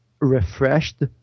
refreshed